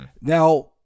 Now